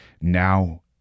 Now